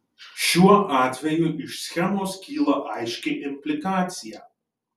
šiuo atveju iš schemos kyla aiški implikacija